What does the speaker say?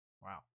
Wow